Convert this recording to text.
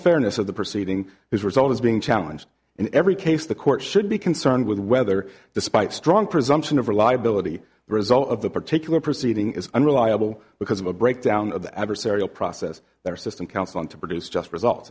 fairness of the proceeding is result is being challenged in every case the court should be concerned with whether despite strong presumption of reliability the result of the particular proceeding is unreliable because of a breakdown of the adversarial process their system counseling to produce just results